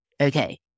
Okay